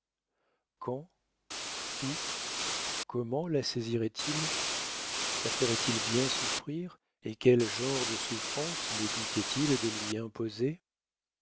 où comment la saisirait il la ferait-il bien souffrir et quel genre de souffrance méditait il de lui imposer